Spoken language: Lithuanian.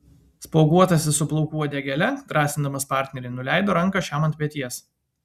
spuoguotasis su plaukų uodegėle drąsindamas partnerį nuleido ranką šiam ant peties